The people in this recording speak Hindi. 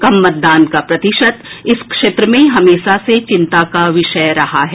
कम मतदान का प्रतिशत इस क्षेत्र में हमेशा से चिंता का विषय रहा है